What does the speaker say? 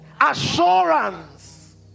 Assurance